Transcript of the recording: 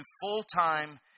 full-time